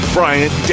Bryant